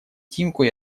тимку